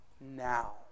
now